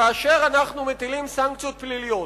כאשר אנחנו מטילים סנקציות פליליות,